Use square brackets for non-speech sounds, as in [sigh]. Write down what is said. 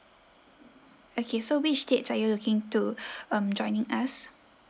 okay so which dates are you looking to [breath] um joining us